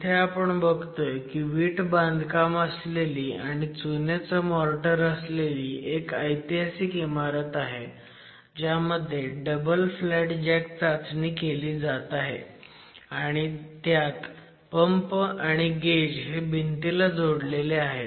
इथं आपण बघतोय की वीट बांधकाम असलेली आणि चुन्याचं मोर्टर असलेली एक ऐतिसाहिक इमारत आहे ज्यामध्ये डबल फ्लॅट जॅक चाचणी केली जात आहे आणि त्यात पंप आणि गेज हे भिंतीला जोडलेले आहेत